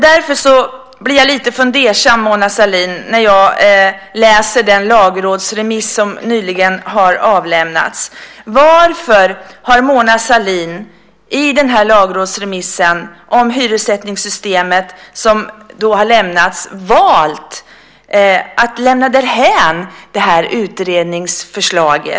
Därför blir jag lite fundersam, Mona Sahlin, när jag läser den lagrådsremiss som nyligen har avlämnats. Varför har Mona Sahlin i lagrådsremissen om hyressättningssystemet valt att lämna detta utredningsförslag därhän?